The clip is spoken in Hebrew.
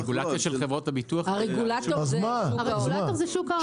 הרגולטור של חברות הביטוח זה --- הרגולטור זה שוק ההון.